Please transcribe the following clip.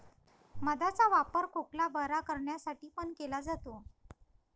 मध चा वापर खोकला बरं करण्यासाठी पण केला जातो